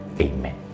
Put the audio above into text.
amen